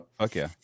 Okay